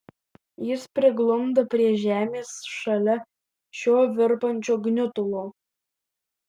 jis priglunda prie žemės šalia šio virpančio gniutulo